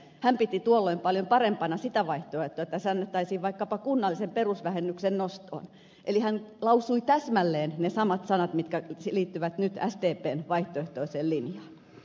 hän piti tuolloin paljon parempana sitä vaihtoehtoa että sännättäisiin vaikkapa kunnallisen perusvähennyksen nostoon eli hän lausui täsmälleen ne samat sanat mitkä liittyvät nyt sdpn vaihtoehtoiseen linjaan